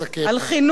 על חינוך.